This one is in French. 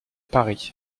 paris